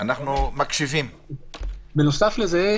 בנוסף לזה,